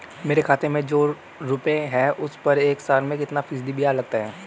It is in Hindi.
मेरे खाते में जो रुपये हैं उस पर एक साल में कितना फ़ीसदी ब्याज लगता है?